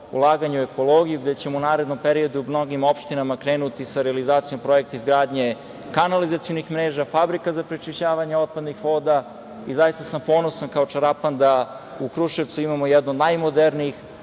ulaganje u ekologiju, gde ćemo u narednom periodu u mnogim opštinama krenuti sa realizacijom projekta izgradnje kanalizacionih mreža, fabrika za prečišćavanje otpadnih voda. Zaista sam ponosan kao Čarapan da u Kruševcu imamo jednu od najmodernijih